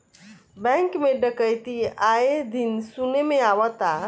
bank में डकैती आये दिन सुने में आवता